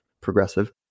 progressive